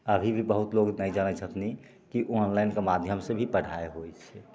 अभी भी बहुत लोक नहि जानै छथिन कि ऑनलाइनके माध्यमसे भी पढ़ाइ होइ छै